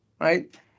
right